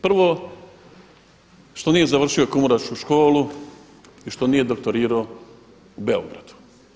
Prvo što nije završio kumrovačku školu i što nije doktorirao u Beogradu.